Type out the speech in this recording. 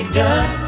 done